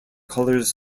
colors